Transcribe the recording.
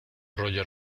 roger